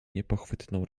niepochwytną